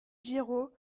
giraud